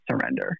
surrender